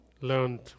learned